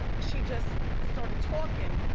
she just started talking.